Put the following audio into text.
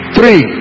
Three